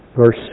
verse